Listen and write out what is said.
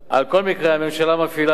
על כל מקרה, הממשלה מפעילה, אדוני